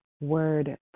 word